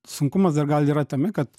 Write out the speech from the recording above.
sunkumas dar gal yra tame kad